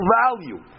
value